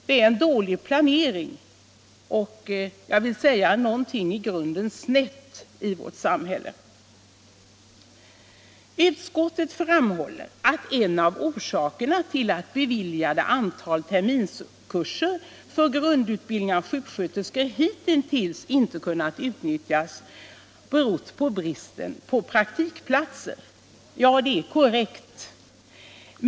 Detta är dålig planering och någonting i grunden snett i vårt samhälle. Utskottet framhåller att en av orsakerna till att beviljat antal terminskurser för grundutbildning av sjuksköterskor hitintills inte kunnat utnyttjas varit bristen på praktikplatser. Det är korrekt.